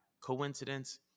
coincidence